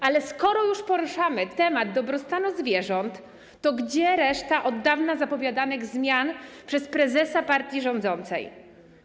Ale skoro już poruszamy temat dobrostanu zwierząt, to gdzie reszta od dawna zapowiadanych przez prezesa partii rządzącej zmian?